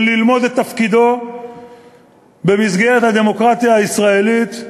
ללמוד את תפקידו במסגרת הדמוקרטיה הישראלית,